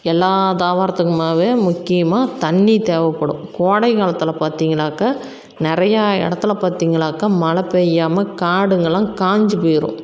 எல்லா தாவரத்துக்குமாவே முக்கியமாக தண்ணி தேவைப்படும் கோடை காலத்தில் பார்த்திங்கனாக்கா நிறையா இடத்துல பாத்திங்கனாக்கா மழை பெய்யாமல் காடுங்கள்லாம் காய்ஞ்சி போய்ரும்